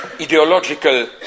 ideological